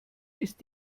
ist